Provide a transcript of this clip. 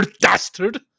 dastard